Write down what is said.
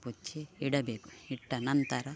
ಕೊಚ್ಚಿ ಇಡಬೇಕು ಇಟ್ಟ ನಂತರ